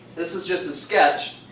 this is just a sketch.